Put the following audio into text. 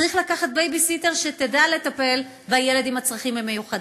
צריך לקחת בייביסיטר שתדע לטפל בילד עם הצרכים המיוחדים.